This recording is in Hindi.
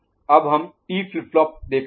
अब हम T फ्लिप फ्लॉप देखते हैं